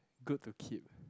good to keep